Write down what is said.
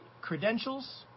credentials